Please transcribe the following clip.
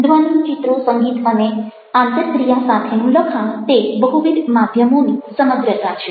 ધ્વનિ ચિત્રો સંગીત અને આંતરક્રિયા સાથેનું લખાણ તે બહુવિધ માધ્યમોની સમગ્રતા છે